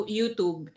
YouTube